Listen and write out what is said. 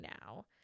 now